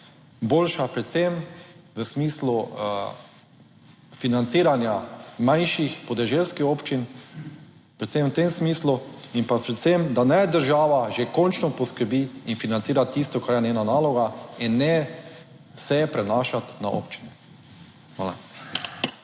boljša predvsem v smislu financiranja manjših podeželskih občin, predvsem v tem smislu in pa predvsem, da naj država že končno poskrbi in financira tisto, kar je njena naloga in ne vse prenašati na občine. Hvala.